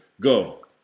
Go